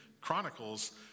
chronicles